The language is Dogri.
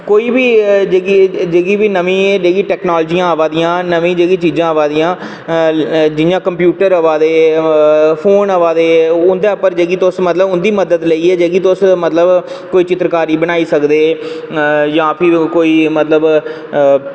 की कोई बी जेह्कियां टेक्नोलॉजियां आवा दियां नमीं जेह्की चीज़ां आवा दियां जियां कंप्यूटर आवा दे फोन आवा दे उंदे पर जियां उंदी मदद लेइयै तुस मतलब कोई चित्रकारी बनाई सकदे जां फिर कोई ओह् मतलब